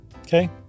Okay